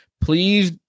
please